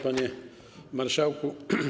Panie Marszałku!